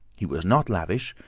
he was not lavish,